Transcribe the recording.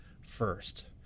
first